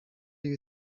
you